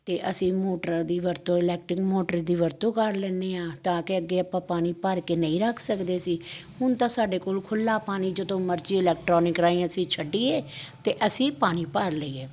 ਅਤੇ ਅਸੀਂ ਮੋਟਰਾਂ ਦੀ ਵਰਤੋਂ ਇਲੈਕਟਿੰਗ ਮੋਟਰ ਦੀ ਵਰਤੋਂ ਕਰ ਲੈਂਦੇ ਹਾਂ ਤਾਂ ਕਿ ਅੱਗੇ ਆਪਾਂ ਪਾਣੀ ਭਰ ਕੇ ਨਹੀਂ ਰੱਖ ਸਕਦੇ ਸੀ ਹੁਣ ਤਾਂ ਸਾਡੇ ਕੋਲ ਖੁੱਲ੍ਹਾ ਪਾਣੀ ਜਦੋਂ ਮਰਜ਼ੀ ਇਲੈਕਟ੍ਰੋਨਿਕ ਰਾਹੀਂ ਅਸੀਂ ਛੱਡੀਏ ਅਤੇ ਅਸੀਂ ਪਾਣੀ ਭਰ ਲਈਏ